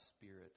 spirit